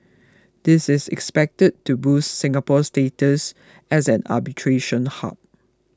this is expected to boost Singapore's status as an arbitration hub